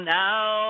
now